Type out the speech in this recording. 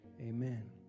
amen